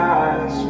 eyes